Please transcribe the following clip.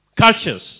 cultures